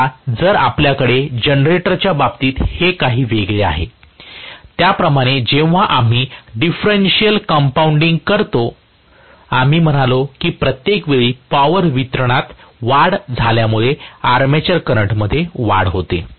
आता जर आपल्याकडे जनरेटरच्या बाबतीत जे काही वेगळे आहे त्याप्रमाणेच जेव्हा जेव्हा आम्ही डिफरेन्शिअल कंपाऊंडिंग करतो आम्ही म्हणालो की प्रत्येक वेळी पॉवर वितरणात वाढ झाल्यामुळे आर्मेचर करंटमध्ये वाढ होते